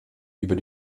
über